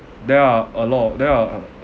there are a lot of there are